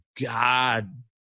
God